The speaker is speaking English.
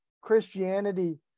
Christianity